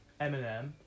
Eminem